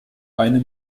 eine